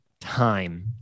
Time